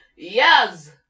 Yes